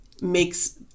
makes